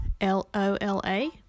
l-o-l-a